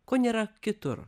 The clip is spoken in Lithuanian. ko nėra kitur